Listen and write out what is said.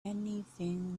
anything